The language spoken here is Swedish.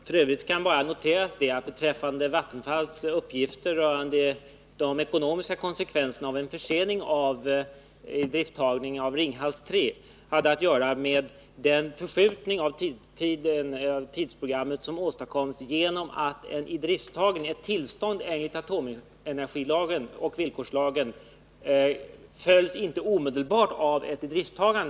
F. ö. kan jag bara notera att Vattenfalls uppgifter rörande de ekonomiska konsekvenserna av en försening av idrifttagning av Ringhals 3 hade att göra med den förskjutning av tidsprogrammet som åstadkoms genom att ett tillstånd enligt atomenergilagen och villkorslagen inte omedelbart följs av ett idrifttagande.